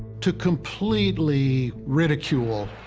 to completely ridicule